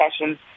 sessions